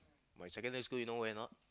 my secondary school you know where or not